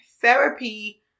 therapy